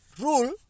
rule